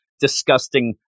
disgusting